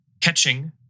catching